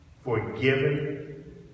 forgiven